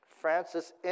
Francis